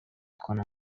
کنم